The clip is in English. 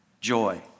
joy